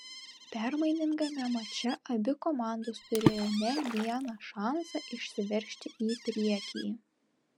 permainingame mače abi komandos turėjo ne vieną šansą išsiveržti į priekį